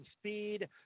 speed